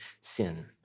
sin